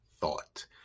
Thought